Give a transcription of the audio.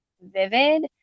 vivid